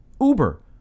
Uber